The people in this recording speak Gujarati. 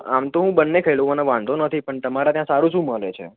આમ તો હું બંને ખાઈ લઉં મને વાંધો નથી પણ તમારા ત્યાં સારું શું મળે છે